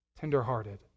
tenderhearted